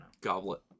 Goblet